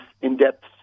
in-depth